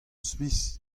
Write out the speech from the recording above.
smith